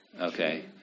Okay